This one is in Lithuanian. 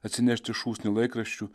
atsinešti šūsnį laikraščių